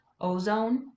ozone